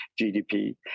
GDP